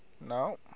No